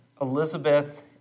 Elizabeth